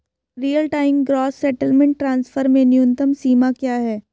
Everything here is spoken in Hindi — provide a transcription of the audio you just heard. Real time gross settlement transfer में न्यूनतम सीमा क्या है?